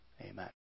Amen